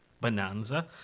bonanza